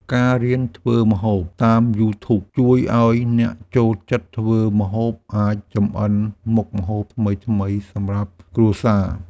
ការរៀនធ្វើម្ហូបតាមយូធូប ជួយឱ្យអ្នកចូលចិត្តធ្វើម្ហូបអាចចម្អិនមុខម្ហូបថ្មីៗសម្រាប់គ្រួសារ។